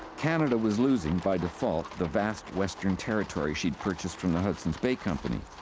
canada was losing by default the vast western territory she had purchased from the hudson's bay company.